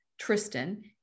Tristan